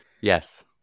Yes